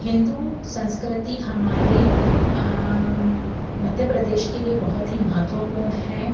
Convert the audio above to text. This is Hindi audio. हिन्दू संस्कृति हमारे मध्य प्रदेश के लिए बहुत ही महत्वपूर्ण है